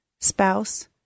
spouse